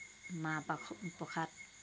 মাহ প প্ৰসাদ